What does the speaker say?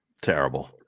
Terrible